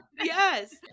Yes